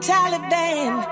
Taliban